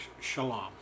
shalom